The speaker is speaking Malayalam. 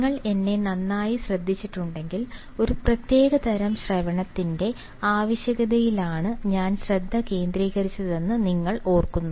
നിങ്ങൾ എന്നെ നന്നായി ശ്രദ്ധിച്ചിട്ടുണ്ടെങ്കിൽ ഒരു പ്രത്യേകതരം ശ്രവണത്തിന്റെ ആവശ്യകതയിലാണ് ഞാൻ ശ്രദ്ധ കേന്ദ്രീകരിച്ചതെന്ന് നിങ്ങൾ ഓർക്കുന്നു